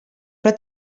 però